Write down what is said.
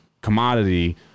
commodity